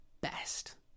best